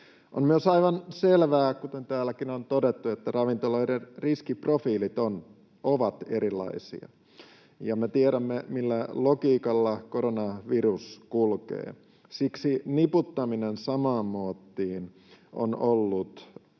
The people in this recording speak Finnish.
On myös aivan selvää, kuten täälläkin on todettu, että ravintoloiden riskiprofiilit ovat erilaisia, ja me tiedämme, millä logiikalla koronavirus kulkee. Siksi niputtaminen samaan muottiin on ollut osittain